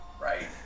Right